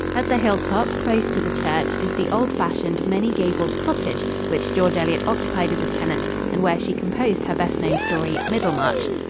at the hilltop, close to the church, is the old-fashioned, many-gabled cottage which george eliot occupied as a tenant and where she composed her best known story, middlemarch.